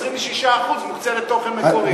26% מוקצה לתוכן מקורי,